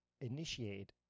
initiated